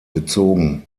gezogen